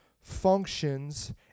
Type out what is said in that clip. functions